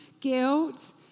guilt